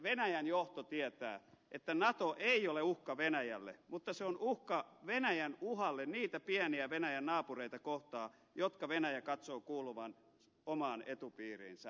venäjän johto tietää että nato ei ole uhka venäjälle mutta se on uhka venäjän uhalle niitä pieniä venäjän naapureita kohtaan joiden venäjä katsoo kuuluvan omaan etupiiriinsä